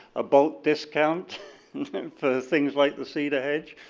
a bulk discount for things like the cedar hadn't,